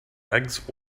eggs